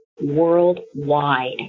worldwide